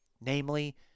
Namely